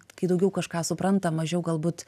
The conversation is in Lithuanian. kai daugiau kažką supranta mažiau galbūt